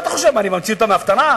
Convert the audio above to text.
מה, אני ממציא אותם מההפטרה?